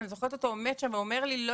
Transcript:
אני זוכרת אותו עומד שם ואומר לי זה